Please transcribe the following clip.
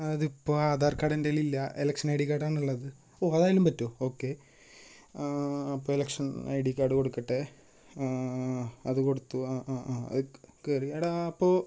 അതിപ്പോൾ ആധാർ കാർഡ് എൻ്റെയ്യിലില്ല election I D കാർഡാണ്ള്ളത് ഓ അതായാലും പറ്റോ ഓക്കെ അപ്പം എലക്ഷൻ ഐ ഡി കാർഡും കൊടുക്കട്ടെ അത് കൊടൂത്തു ആ ആ ആ എടാ അപ്പോൾ